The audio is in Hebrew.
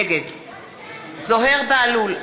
נגד זוהיר בהלול,